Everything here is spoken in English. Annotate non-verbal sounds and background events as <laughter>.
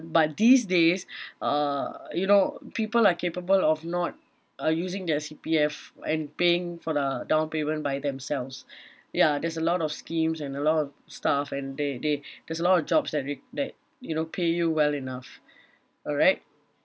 but these days <breath> uh you know people are capable of not uh using their C_P_F and paying for the down payment by themselves <breath> ya there's a lot of schemes and a lot of stuff and they they there's a lot of jobs that re~ that you know pay you well enough alright